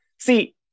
See